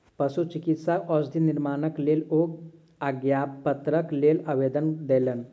पशुचिकित्सा औषधि निर्माणक लेल ओ आज्ञापत्रक लेल आवेदन देलैन